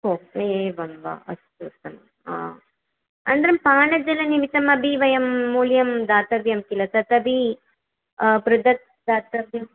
ओ एवं वा अस्तु उत्तमं हा अनन्तरं पानजलनिमित्तमपि वयं मूल्यं दातव्यं किल तदपि पृथक् दातव्यं वा